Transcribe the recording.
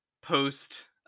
post